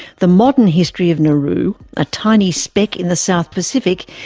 the modern history of nauru, a tiny speck in the south pacific,